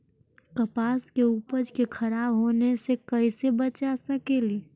कपास के उपज के खराब होने से कैसे बचा सकेली?